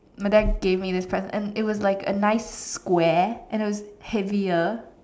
my dad gave me this present and it was like a nice square and it was heavier